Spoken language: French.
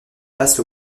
passe